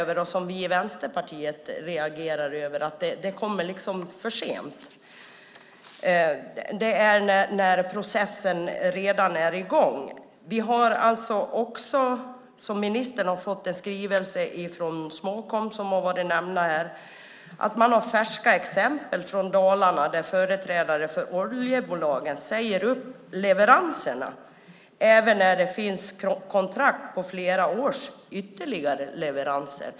Vi i Vänsterpartiet reagerar över att det kommer för sent. Det kommer när processen redan är i gång. Vi har också, liksom ministern, fått en skrivelse från Småkom där man har färska exempel från Dalarna där företrädare för oljebolagen säger upp leveranserna även när det finns kontrakt på flera års ytterligare leveranser.